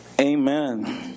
Amen